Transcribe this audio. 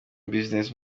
business